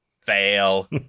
fail